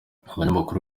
abanyamakuru